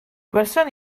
gwelsom